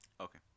Okay